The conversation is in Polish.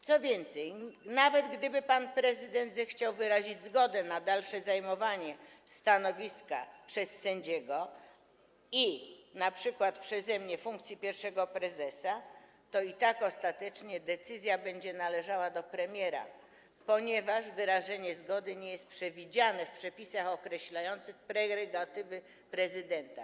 Co więcej, nawet gdyby pan prezydent zechciał wyrazić zgodę na dalsze zajmowanie stanowiska przez sędziego, np. pełnienie przeze mnie funkcji pierwszego prezesa, ostatecznie decyzja i tak będzie należała do premiera, ponieważ wyrażenie zgody nie jest przewidziane w przepisach określających prerogatywy prezydenta.